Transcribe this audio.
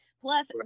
Plus